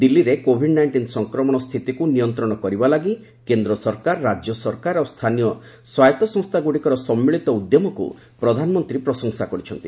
ଦିଲ୍ଲୀରେ COVID nineteen ସଂକ୍ରମଣ ସ୍ଥିତିକୁ ନିୟନ୍ତ୍ରଣ କରିବା ଲାଗି କେନ୍ଦ୍ର ସରକାର ରାଜ୍ୟ ସରକାର ଓ ସ୍ଥାନୀୟ ସ୍ୱୟତସଂସ୍ଥାଗୁଡ଼ିକର ସମ୍ମିଳିତ ଉଦ୍ୟମକୁ ପ୍ରଧାନମନ୍ତ୍ରୀ ପ୍ରଶଂସା କରିଛନ୍ତି